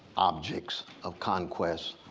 objects of conquest,